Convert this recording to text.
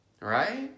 Right